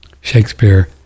Shakespeare